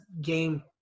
game